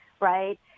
right